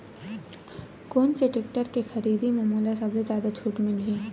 कोन से टेक्टर के खरीदी म मोला सबले जादा छुट मिलही?